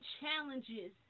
challenges